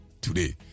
today